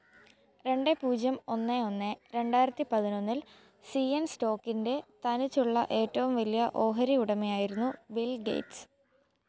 രണ്ട് പൂജ്യം ഒന്ന് ഒന്ന് രണ്ടായിരത്തി പതിനൊന്നിൽ സി എൻ സ്റ്റോക്കിന്റെ തനിച്ചുള്ള ഏറ്റവും വലിയ ഓഹരി ഉടമയായിരുന്നു ബിൽ ഗേറ്റ്സ്